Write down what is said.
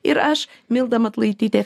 ir aš milda matulaitytė